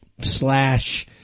slash